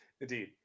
indeed